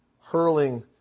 hurling